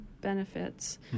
benefits